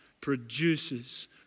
produces